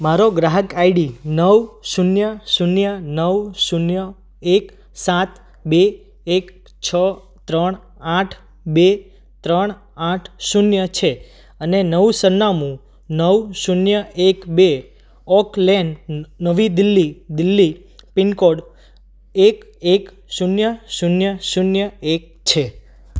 મારો ગ્રાહક આઈડી નવ શૂન્ય શૂન્ય નવ શૂન્ય એક સાત બે એક છ ત્રણ આઠ બે ત્રણ આઠ શૂન્ય છે અને નવું સરનામું નવ શૂન્ય એક બે ઓક લેન નવી દિલ્હી દિલ્હી પિનકોડ એક એક શૂન્ય શૂન્ય શૂન્ય એક છે